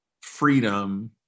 freedom